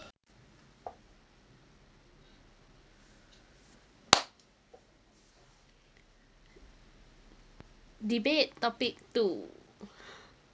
debate topic two